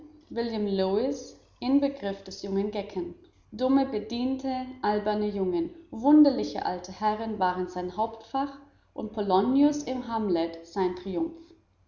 lewis inbegriff des jungen gecken dumme bediente alberne jungen wunderliche alte herren waren sein hauptfach und polonius im hamlet sein triumph